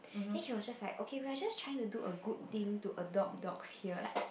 then he was just like okay we are just trying to do a good thing to adopt dogs here like